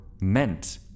meant